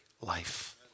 life